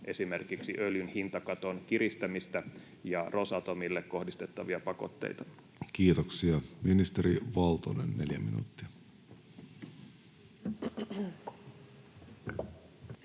esimerkiksi öljyn hintakaton kiristämistä ja Rosatomille kohdistettavia pakotteita? Kiitoksia. — Ministeri Valtonen, neljä minuuttia.